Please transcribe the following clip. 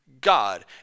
God